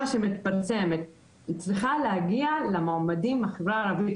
שמפרסמת צריכה להגיע למועמדים מהחברה הערבית,